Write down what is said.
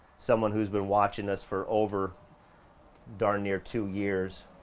someone who's been watchin' us for over darn near two years,